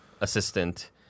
assistant